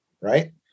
Right